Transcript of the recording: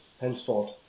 Henceforth